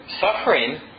suffering